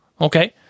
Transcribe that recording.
Okay